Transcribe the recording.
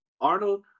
Arnold